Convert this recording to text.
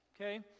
okay